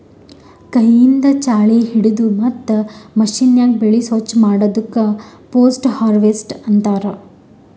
ಕೈಯಿಂದ್ ಛಾಳಿ ಹಿಡದು ಮತ್ತ್ ಮಷೀನ್ಯಾಗ ಬೆಳಿ ಸ್ವಚ್ ಮಾಡದಕ್ ಪೋಸ್ಟ್ ಹಾರ್ವೆಸ್ಟ್ ಅಂತಾರ್